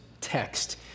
text